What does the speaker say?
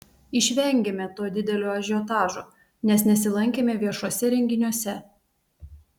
išvengėme to didelio ažiotažo nes nesilankėme viešuose renginiuose